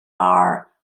are